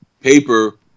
paper